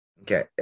Okay